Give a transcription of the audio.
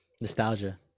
Nostalgia